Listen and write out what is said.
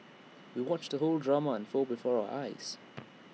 we watched the whole drama unfold before our eyes